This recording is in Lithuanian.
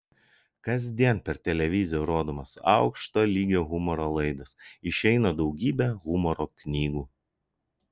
kasdien per televiziją rodomos aukšto lygio humoro laidos išeina daugybė humoro knygų